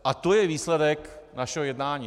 A to je výsledek našeho jednání.